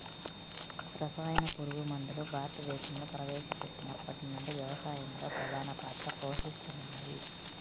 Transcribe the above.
రసాయన పురుగుమందులు భారతదేశంలో ప్రవేశపెట్టినప్పటి నుండి వ్యవసాయంలో ప్రధాన పాత్ర పోషిస్తున్నాయి